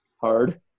hard